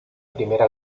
primera